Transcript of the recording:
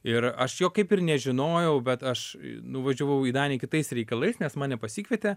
ir aš jo kaip ir nežinojau bet aš nuvažiavau į daniją kitais reikalais nes mane pasikvietė